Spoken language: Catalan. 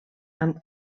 amb